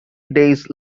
days